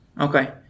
Okay